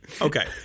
Okay